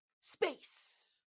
Space